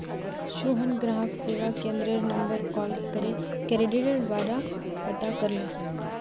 सोहन ग्राहक सेवा केंद्ररेर नंबरत कॉल करे क्रेडिटेर बारा पता करले